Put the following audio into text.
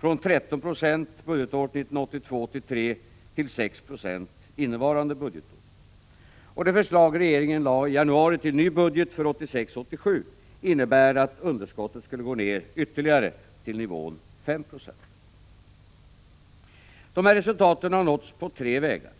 från 13 96 budgetåret 1982 87 som regeringen i januari lade fram innebär att underskottet skulle gå ned ytterligare till nivån 5 90. Dessa resultat har nåtts på tre vägar.